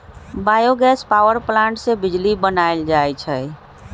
bio gas power plant से बिजली बनाएल जाइ छइ